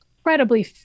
incredibly